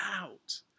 out